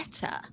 better